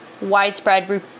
widespread